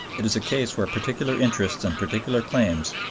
it is a case where particular interests and particular claims,